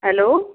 hello